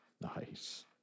Nice